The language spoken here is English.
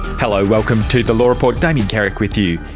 hello, welcome to the law report, damien carrick with you.